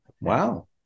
Wow